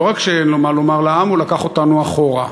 לא רק שאין לו מה לומר לעם, הוא לקח אותנו אחורה.